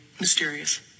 mysterious